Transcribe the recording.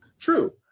True